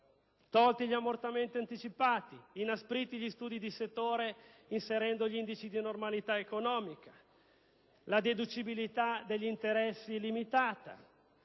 tolti gli ammortamenti anticipati, inaspriti gli studi di settore inserendo gli indici di normalità economica, la deducibilità degli interessi limitata,